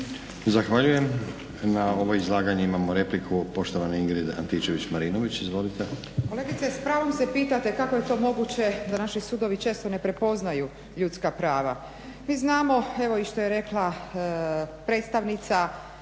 Zahvaljujem. Na ovo izlaganje imamo repliku poštovane Ingrid Antičević-Marinović. Izvolite. **Antičević Marinović, Ingrid (SDP)** Kolegice s pravom se pitate kako je to moguće da naši sudovi često ne prepoznaju ljudska prava. Mi znamo evo što je rekla predstavnica gospođa